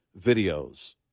videos